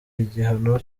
igihano